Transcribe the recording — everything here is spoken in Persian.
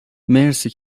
مرسی